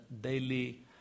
daily